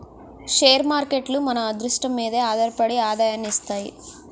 share మార్కేట్లు మన అదృష్టం మీదే ఆధారపడి ఆదాయాన్ని ఇస్తాయి